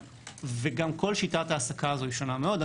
גם כל שיטת העסקה הזו היא שונה מאוד.